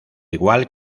igual